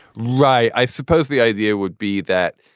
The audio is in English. right i suppose the idea would be that,